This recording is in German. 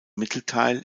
mittelteil